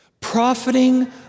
profiting